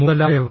മുതലായവ